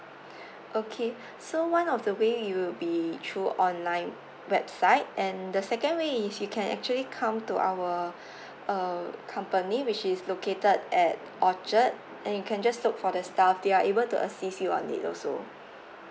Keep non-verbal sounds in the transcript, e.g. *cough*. *breath* okay so one of the way it'll be through online website and the second way is you can actually come to our *breath* uh company which is located at orchard and you can just look for the staff they're able to assist you on it also